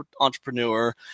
entrepreneur